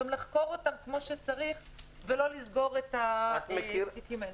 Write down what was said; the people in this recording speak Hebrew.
גם לחקור אותם כמו שצריך ולא לסגור את התיקים האלה.